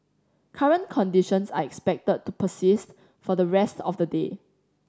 current conditions are expected to persist for the rest of the day